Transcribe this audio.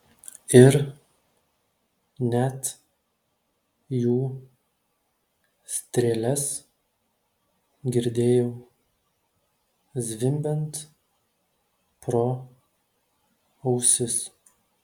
ir net jų strėles girdėjau zvimbiant pro ausis